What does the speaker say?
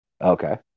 Okay